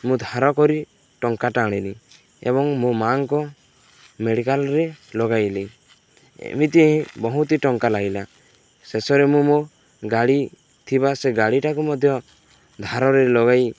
ମୁଁ ଧାର କରି ଟଙ୍କାଟା ଆଣିଲି ଏବଂ ମୋ ମାଆଙ୍କ ମେଡ଼ିକାଲରେ ଲଗାଇଲି ଏମିତିି ବହୁତି ଟଙ୍କା ଲାଗିଲା ଶେଷରେ ମୁଁ ମୋ ଗାଡ଼ି ଥିବା ସେ ଗାଡ଼ିଟାକୁ ମଧ୍ୟ ଧାରରେ ଲଗାଇ